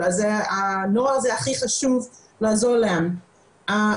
ולכן הכי חשוב לעזור לבני הנוער.